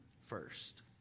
first